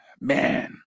man